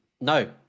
no